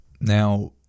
Now